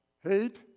hate